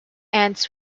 ends